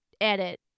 edit